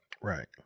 Right